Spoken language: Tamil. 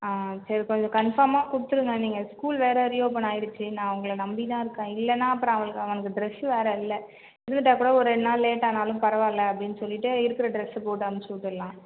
சரி கொஞ்சம் கன்ஃபார்மாக கொடுத்திருங்க நீங்கள் ஸ்கூல் வேறு ரிஓபன் ஆகிடுச்சு நான் உங்களை நம்பிதான் இருக்கேன் இல்லன்னா அப்புறம் அவளுக்கு அவனுக்கு டிரஸ் வேறு இல்லை இருந்துட்டால் கூட ஒரு இரண்டு நாள் லேட் ஆனாலும் பரவாயில்லை அப்படின்னு சொல்லிவிட்டு இருக்கிற டிரஸ் போட்டு அனுப்பிச்சுவிட்டுலாம்